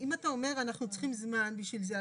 אומר שאתם צריכים זמן בשביל זה,